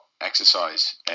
exercise